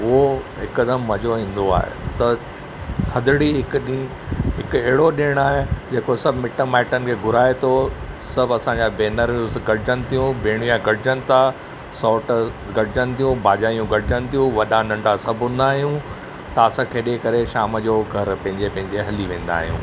उहो हिकदमि मज़ो ईंदो आहे त थधिड़ी हिकु ॾींहुं हिकु अहिड़ो ॾिणु आहे जेको सभु मिट माइटनि खे घुराए थो सभु असांजा भेनरुं गॾजनि थियूं भेणविया गॾजनि था सौट गॾजनि थियूं भाॼायूं गॾजनि थियूं वॾा नंढा सभु हूंदा आहियूं